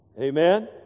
Amen